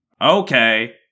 Okay